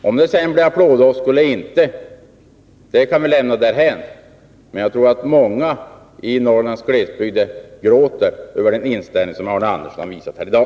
Om det sedan blir applådåskor eller inte kan vi lämna därhän, men jag tror att många i Norrlands glesbygder gråter över den inställning Arne Andersson visat i dag.